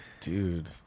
dude